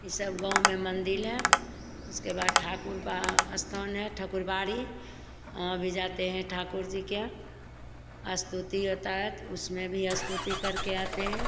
यह सब गाँव में मंदिर हैं उसके बाद ठाकुर बा स्थान है ठकुर बाड़ी वहाँ भी जाते हैं ठाकुर जी का स्तुति होता है तो उसमें भी स्तुति करके आते हैं